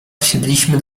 wsiedliśmy